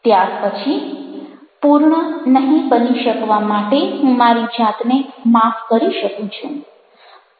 ત્યાર પછી પૂર્ણ નહીં બની શકવા માટે હું મારી જાતને માફ કરી શકું છું